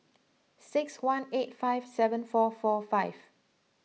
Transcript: six one eight five seven four four five